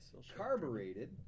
Carbureted